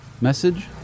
Message